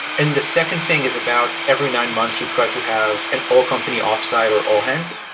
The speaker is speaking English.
and the second thing is about every nine months we try to have an all-company offsite or all-hands.